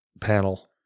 panel